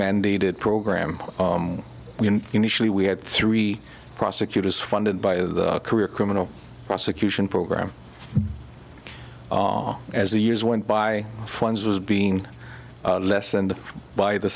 mandated program initially we had three prosecutors funded by a career criminal prosecution program as the years went by funds was being lessened by the